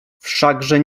wszakże